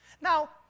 now